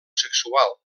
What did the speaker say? sexual